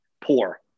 poor